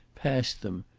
passed them,